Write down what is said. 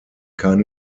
keine